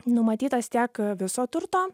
numatytas tiek viso turto